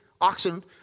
oxen